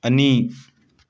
ꯑꯅꯤ